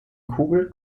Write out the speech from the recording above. kugel